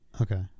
Okay